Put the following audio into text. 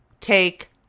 take